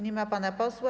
Nie ma pana posła.